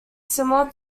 similar